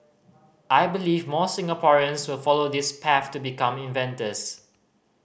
I believe more Singaporeans will follow this path to become inventors